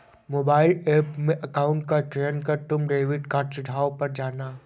mobile app में account का चयन कर तुम डेबिट कार्ड सुझाव पर जाना